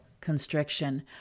constriction